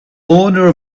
owner